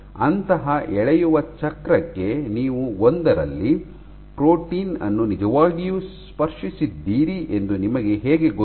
ಅಂತಹ ಎಳೆಯುವ ಚಕ್ರಕ್ಕೆ ನೀವು ಒಂದರಲ್ಲಿ ಪ್ರೋಟೀನ್ ಅನ್ನು ನಿಜವಾಗಿಯೂ ಸ್ಪರ್ಶಿಸಿದ್ದೀರಿ ಎಂದು ನಿಮಗೆ ಹೇಗೆ ಗೊತ್ತು